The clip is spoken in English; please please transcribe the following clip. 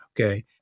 Okay